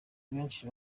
benshi